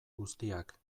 guztiak